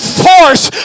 force